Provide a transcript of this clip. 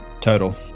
Total